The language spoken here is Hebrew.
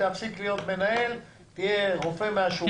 תפסיק להיות מנהל, תהיה רופא מן השורה.